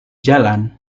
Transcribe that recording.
jalan